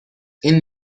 این